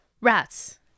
rats